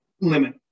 limit